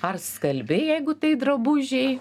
ar skalbi jeigu tai drabužiai